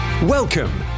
Welcome